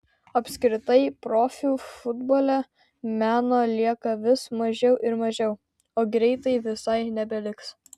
apskritai profių futbole meno lieka vis mažiau ir mažiau o greitai visai nebeliks